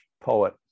poet